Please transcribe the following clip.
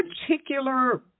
particular